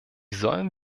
sollen